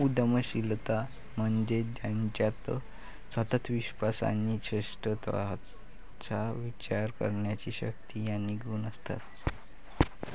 उद्यमशीलता म्हणजे ज्याच्यात सतत विश्वास आणि श्रेष्ठत्वाचा विचार करण्याची शक्ती आणि गुण असतात